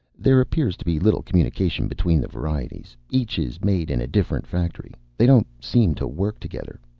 there appears to be little communication between the varieties. each is made in a different factory. they don't seem to work together.